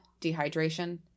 dehydration—